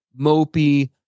mopey